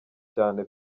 cyane